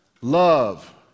love